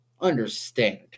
understand